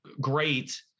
great